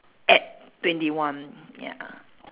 at twenty one ya